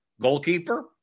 goalkeeper